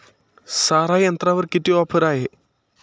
सारा यंत्रावर किती ऑफर आहे?